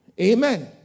Amen